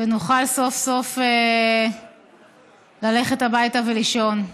ונוכל סוף-סוף ללכת הביתה לישון,